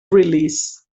release